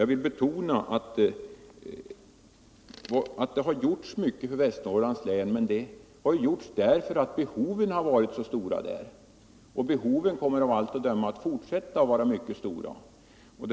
Jag vill betona att det har gjorts mycket för Västernorrlands län, men detta har skett därför att behoven har varit så stora i länet, och de kommer av allt att döma att vara mycket stora även i fortsättningen.